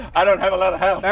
i don't have a lot of health.